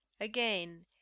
Again